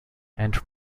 and